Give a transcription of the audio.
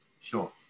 Sure